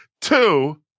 Two